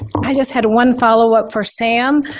i just had one follow up for sam.